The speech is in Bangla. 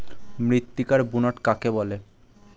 মৃত্তিকার বুনট কাকে বলে?